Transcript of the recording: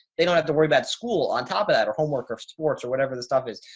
they don't have to worry about school on top of that or homework or sports or whatever the stuff is.